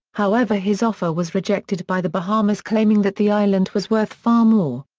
however his offer was rejected by the bahamas claiming that the island was worth far more.